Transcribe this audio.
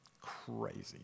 Crazy